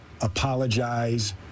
apologize